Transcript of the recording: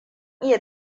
iya